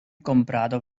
comprado